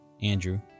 Andrew